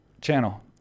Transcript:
channel